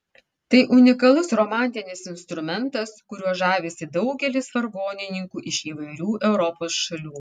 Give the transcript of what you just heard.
tai unikalus romantinis instrumentas kuriuo žavisi daugelis vargonininkų iš įvairių europos šalių